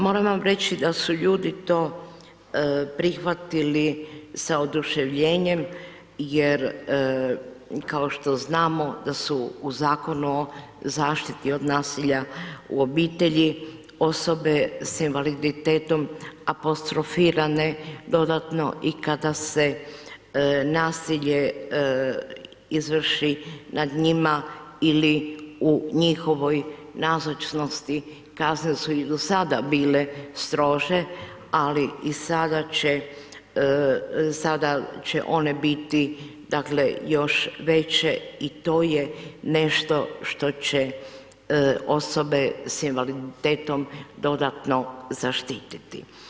Moram vam reći da su ljudi to prihvatili sa oduševljenjem jer kao što znamo da su u Zakonu o zaštiti od nasilja u obitelji osobe sa invaliditetom apostrofirane dodatno i kada se nasilje izvrši nad njima ili u njihovoj nazočnosti kazne su i do sada bile strože ali i sada će, sada će one biti dakle još veće i to je nešto što će osobe sa invaliditetom dodatno zaštiti.